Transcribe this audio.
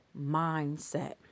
mindset